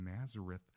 Nazareth